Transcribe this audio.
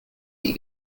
die